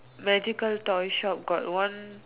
magical toy shop got one